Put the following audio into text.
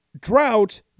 drought